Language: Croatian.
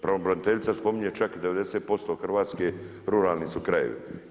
Pravobraniteljica spominje čak 90% Hrvatske ruralni su krajevi.